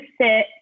sit